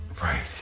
Right